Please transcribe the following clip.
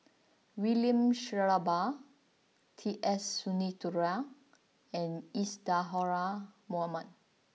William Shellabear T S Sinnathuray and Isadhora Mohamed